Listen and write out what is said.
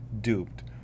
duped